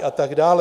A tak dále.